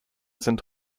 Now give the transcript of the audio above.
sind